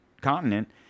continent